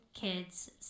kids